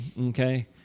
okay